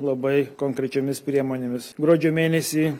labai konkrečiomis priemonėmis gruodžio mėnesį